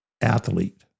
athlete